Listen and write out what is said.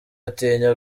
atinya